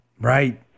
Right